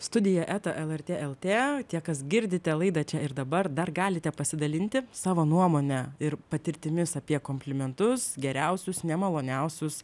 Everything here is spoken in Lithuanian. studija eta lrt lt tie kas girdite laidą čia ir dabar dar galite pasidalinti savo nuomone ir patirtimis apie komplimentus geriausius nemaloniausius